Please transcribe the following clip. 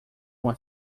uma